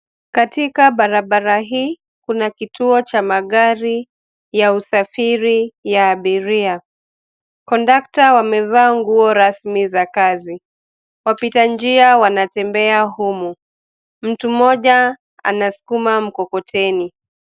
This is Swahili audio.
Katika barabara hii, kuna kituo cha magari ya usafiri ya abiria. Kondakta wamevaa nguo rasmi za kazi. Wapita njia wanatembea umu, mtu mmoja anasukuma mkokoteni.